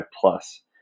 plus